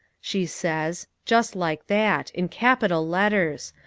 she says. just like that. in capital letters.